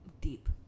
Deep